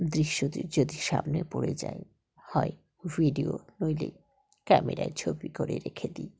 দৃশ্য যদি সামনে পড়ে যায় হয় ভিডিও নইলে ক্যামেরায় ছবি করে রেখে দিই